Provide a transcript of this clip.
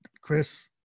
Chris